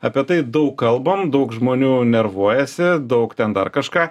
apie tai daug kalbam daug žmonių nervuojasi daug ten dar kažką